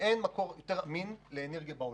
שאין מקור יותר אמין ממנו בענייני אנרגיה בעולם.